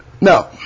Now